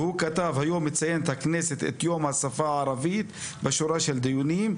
הוא כתב: "היום מציינת הכנסת את יום השפה הערבית בשורה של דיונים.